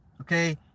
okay